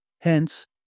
Hence